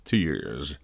Tears